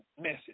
message